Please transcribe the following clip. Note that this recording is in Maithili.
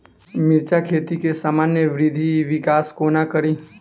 मिर्चा खेती केँ सामान्य वृद्धि विकास कोना करि?